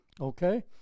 Okay